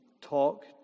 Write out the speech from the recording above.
talk